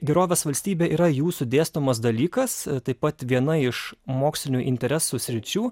gerovės valstybė yra jūsų dėstomas dalykas taip pat viena iš mokslinių interesų sričių